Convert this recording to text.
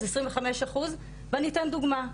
25 אחוז ואני אתן דוגמא,